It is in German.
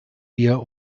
wir